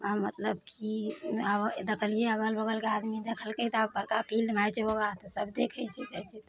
मतलब की आब देखलियै अगल बगलके आदमी देखलकै तऽ आब बड़का फिल्डमे होइ छै योगा तऽ सब देखै छै जाइ छै